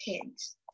kids